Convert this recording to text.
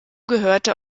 gehörte